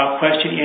question